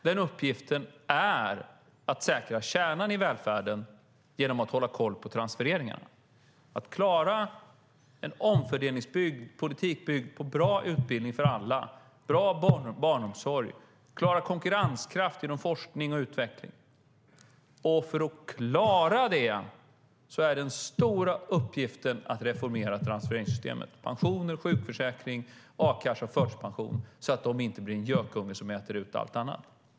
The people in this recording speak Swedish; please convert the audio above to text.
Den uppgiften är att säkra kärnan i välfärden genom att hålla koll på transfereringarna och klara en omfördelningspolitik byggd på bra utbildning för alla, bra barnomsorg och klara konkurrenskraft genom forskning och utveckling. För att klara av det är den stora uppgiften att reformera transfereringssystemet med pensioner, sjukförsäkring, a-kassa och förtidspensioner så att de inte blir en gökunge som äter upp allt annat.